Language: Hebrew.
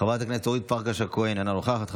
חברת הכנסת אורית פרקש הכהן, אינה נוכחת,